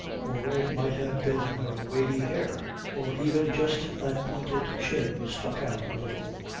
or it might have been her wavy hair. or even just that pointed chin stuck out a little,